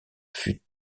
fut